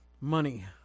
money